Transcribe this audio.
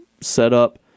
setup